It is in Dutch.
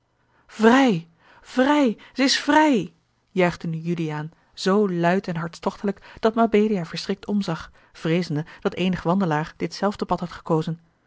vrij zij is vrij juichte nu juliaan zoo luid en hartstochtelijk dat mabelia verschrikt omzag vreezende dat eenig wandelaar ditzelfde pad had gekozen